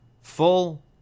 full